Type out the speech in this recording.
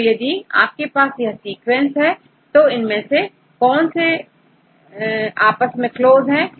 तो यदि आपके पास यह सीक्वेंसेस है तो इनमें से कौन से आपस में क्लोज हैं